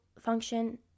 function